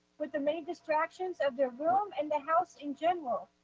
with the many distractions of the room and the house in general,